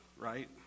right